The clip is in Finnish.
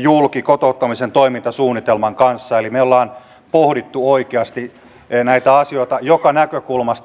julki kotouttamisen toimintasuunnitelman kanssa eli me olemme pohtineet oikeasti näitä asioita joka näkökulmasta